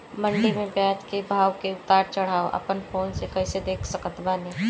मंडी मे प्याज के भाव के उतार चढ़ाव अपना फोन से कइसे देख सकत बानी?